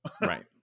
right